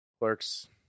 Clerks